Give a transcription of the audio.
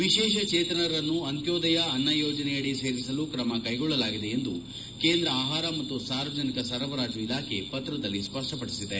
ವಿಶೇಷಚೇತನರನ್ನು ಅಂತ್ಯೋದಯ ಅನ್ನ ಯೋಜನೆಯಡಿ ಸೇರಿಸಲು ಕ್ರಮ ಕೈಗೊಳ್ಳಲಾಗಿದೆ ಎಂದು ಕೇಂದ್ರ ಆಹಾರ ಮತ್ತು ಸಾರ್ವಜನಿಕ ಸರಬರಾಜು ಇಲಾಖೆ ಪತ್ರದಲ್ಲಿ ಸ್ವಪ್ಪಡಿಸಿದೆ